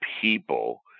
people